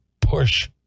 push